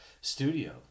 studio